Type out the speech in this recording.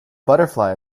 butterfly